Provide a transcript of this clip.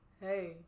Hey